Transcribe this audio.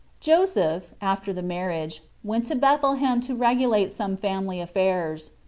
joseph, after the marriage, went to bethlehem to regulate some family affairs.